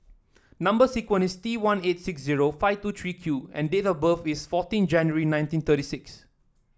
number sequence is T one eight six zero five two three Q and date of birth is fourteen January nineteen thirty six